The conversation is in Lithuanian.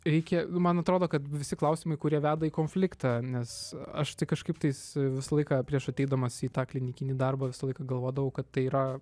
reikia man atrodo kad visi klausimai kurie veda į konfliktą nes aš tai kažkaip tais visą laiką prieš ateidamas į tą klinikinį darbą visą laiką galvodavau kad tai yra